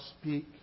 speak